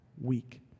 week